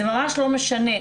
זה ממש לא משנה.